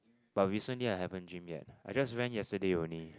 but recently I haven't gym yet I just went yesterday only